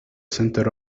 center